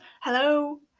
Hello